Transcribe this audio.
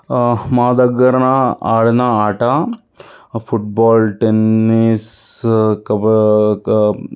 మా దగ్గర ఆడిన ఆట ఫుట్బాల్ టెన్నిస్ కబ క